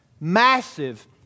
massive